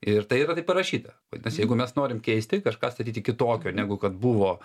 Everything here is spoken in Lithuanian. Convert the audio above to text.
ir tai yra taip parašyta vadinasi jeigu mes norim keisti kažką statyti kitokio negu kad buvo